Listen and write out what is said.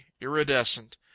iridescent